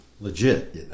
Legit